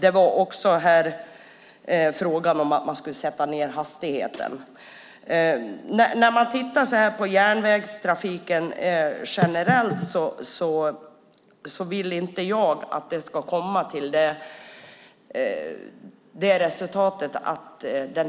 Det var också fråga om att man skulle sätta ned hastigheten. Den